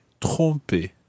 tromper